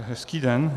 Hezký den.